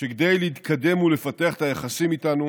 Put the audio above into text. שכדי להתקדם ולפתח את היחסים איתנו